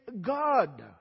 God